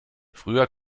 früher